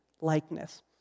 likeness